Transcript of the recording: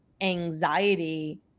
anxiety